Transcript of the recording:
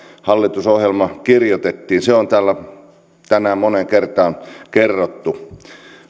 hallitusohjelma kirjoitettiin se on täällä tänään moneen kertaan kerrottu